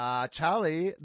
Charlie